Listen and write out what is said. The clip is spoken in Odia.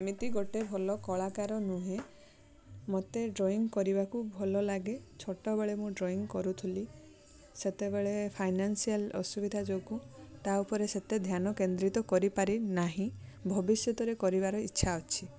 ଏମିତି ଗୋଟେ ଭଲ କଳାକାର ନୁହେଁ ମତେ ଡ୍ରଇଂ କରିବାକୁ ଭଲ ଲାଗେ ଛୋଟବେଳେ ମୁଁ ଡ୍ରଇଂ କରୁଥିଲି ସେତେବେଳେ ଫାଇନାନସିଆଲ ଅସୁବିଧା ଯୋଗୁଁ ତା ଉପରେ ସେତେ ଧ୍ୟାନ କେନ୍ଦ୍ରିତ କରିପାରିନାହିଁ ଭବିଷ୍ୟତ ରେ କରିବାରେ ଇଚ୍ଛା ଅଛି